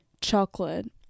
chocolate